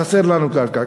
חסר לנו קרקע.